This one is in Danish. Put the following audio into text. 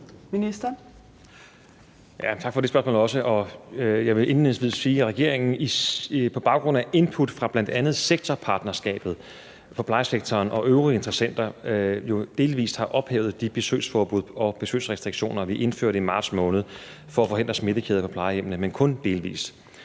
Heunicke): Tak for det spørgsmål også. Jeg vil indledningsvis sige, at regeringen på baggrund af input fra bl.a. sektorpartnerskabet for plejesektoren og øvrige interessenter jo delvis har ophævet de besøgsforbud og besøgsrestriktioner, vi indførte i marts måned, for at forhindre smittekæder på plejehjemmene – men kun delvis.